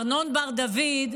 ארנון בר דוד,